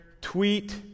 tweet